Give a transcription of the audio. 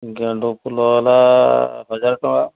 ଗେଣ୍ଡୁ ଫୁଲ ହେଲା ହଜାରେ ଟଙ୍କା